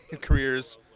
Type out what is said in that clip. careers